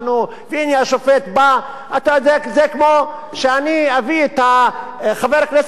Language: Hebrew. זה כמו שאני אביא את חבר הכנסת צרצור שיעיד בעדי מול ארדן.